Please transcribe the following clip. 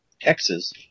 Texas